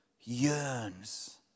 yearns